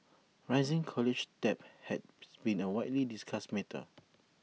rising college debt has been A widely discussed matter